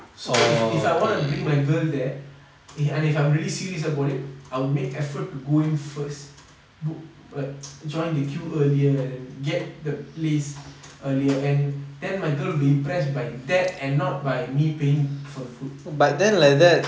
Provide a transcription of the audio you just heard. so if I want to bring my girl there and if I'm really serious about it I'll make effort to go in first book like join the queue earlier and like get the place earlier and then my girl will be impressed by that and not by me paying for the food